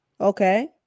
Okay